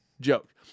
joke